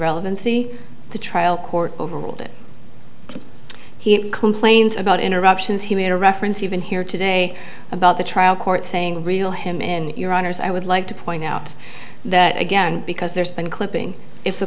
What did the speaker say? relevancy the trial court overruled it he complains about interruptions he made a reference even here today about the trial court saying reel him in your honors i would like to point out that again because there's been clipping if the